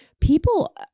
people